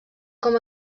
com